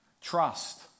Trust